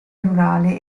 rurale